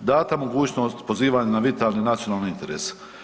data mogućnost pozivanja na vitalne nacionalne interese.